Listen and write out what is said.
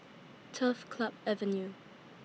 Turf Club Avenue